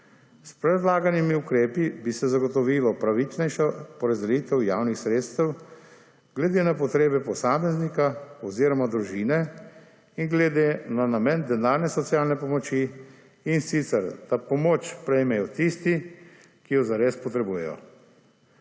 S predlaganimi ukrepi bi se zagotovilo pravičnejšo porazdelitev javnih sredstev glede na potrebe posameznika oziroma 38. TRAK: (DAG) – 13.05 (nadaljevanje) družine in glede na namen denarne socialne pomoči, in sicer, da pomoč prejmejo tisti, ki jo zares potrebujejo.